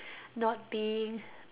not being